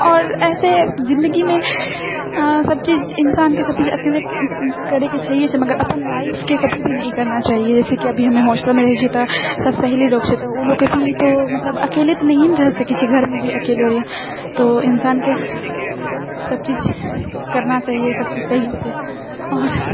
आओर ऐसे जिन्दगीमे सबचीज इन्सानके सबचीज अकेले करैके छै छै मगर अपन लाइफके कभी भी नहि करना चाहिए की जैसे की अभी हम हॉस्टलमे रहै छियै तऽ सब सहेली लोग छै तऽ उ लोगके भी तो मतलब अकेले तऽ नहिेए ने रह सकै छै घर मे भी अकेले तो इन्सानके सबचीज करना चाहिए सबचीज सही से और